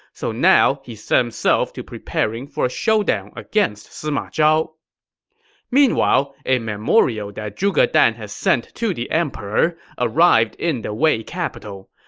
so now he set himself to preparing for a showdown against sima zhao meanwhile, a memorial that zhuge dan had sent to the emperor arrived in the wei capital.